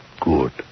Good